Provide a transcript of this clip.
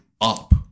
up